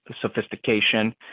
sophistication